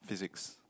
physics